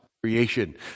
creation